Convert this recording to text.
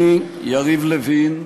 אני, יריב לוין,